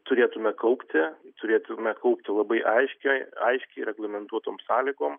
turėtume kaupti turėtume kaupti labai aiškiai aiškiai reglamentuotom sąlygom